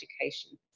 education